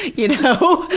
you know.